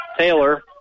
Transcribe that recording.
Taylor